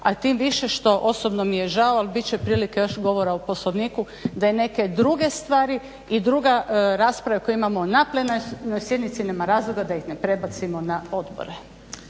a tim više što osobno mi je žao, ali bit će prilike još govora o Poslovniku da i neke druge stvari i druga rasprave koje imamo na plenarnoj sjednici nema razloga da ih ne prebacimo na odbore.